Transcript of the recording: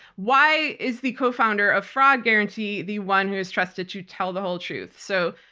why is the co-founder of fraud guarantee the one who is trusted to tell the whole truth? so,